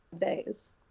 days